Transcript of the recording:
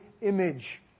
image